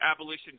Abolition